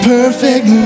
Perfect